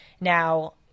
Now